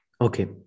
Okay